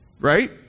Right